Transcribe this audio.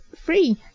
free